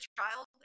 child